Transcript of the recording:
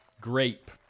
Grape